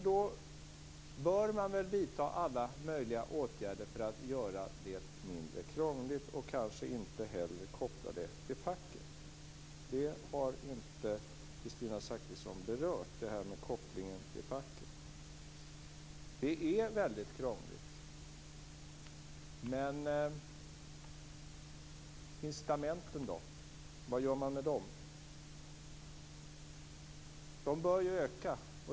Då bör man väl vidta alla möjliga åtgärder för att göra det mindre krångligt och kanske inte heller koppla det till facket. Kopplingen till facket har inte Kristina Zakrisson berört. Det är väldigt krångligt, men incitamenten då, vad gör man med dem? De bör ju öka.